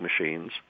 machines